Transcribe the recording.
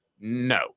No